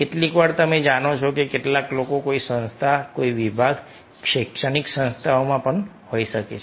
કેટલીકવાર તમે જાણો છો કે કેટલાક લોકો કોઈ સંસ્થા કોઈ વિભાગ શૈક્ષણિક સંસ્થાઓમાં પણ હોઈ શકે છે